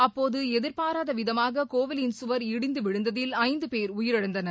அப்போது எதிர்பாரதவிதமாக கோவிலின் சுவர் இடிந்து விழுந்ததில் ஐந்து பேர் உயிரிழந்தனர்